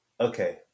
Okay